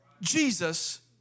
Jesus